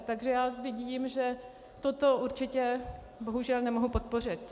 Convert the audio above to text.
Takže vidím, že toto určitě, bohužel, nemohu podpořit.